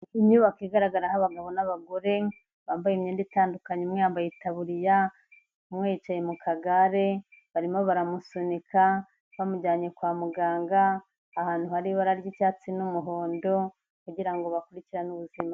Inyubako igaragaraho abagabo n'abagore bambaye imyenda itandukanye. Umwe yambaye itaburiya. Umwe yicaye mu kagare. Barimo baramusunika bamujyanye kwa muganga, ahantu hari ibara ry'icyatsi n'umuhondo kugira ngo bakurikirane ubuzima.